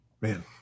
man